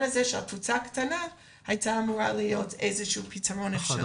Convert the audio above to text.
הזה של הקבוצה הקטנה היה אמור להיות איזה שהוא פתרון אפשרי,